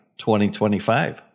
2025